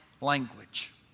language